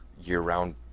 year-round